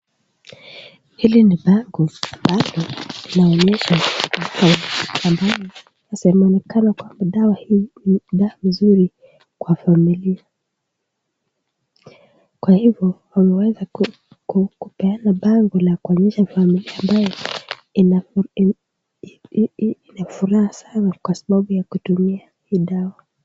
Ili ni bango ambalo linaonesha . Inaonekana dawa hii ni dawa zuri kwa familia. kwa hivo wameweza ku-ku kupeana bango kwa familia, kuonesha familia ambayo i_ii-na inafuraha sana kwa sababu ya kutumia hii dawa.